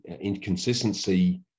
inconsistency